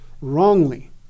wrongly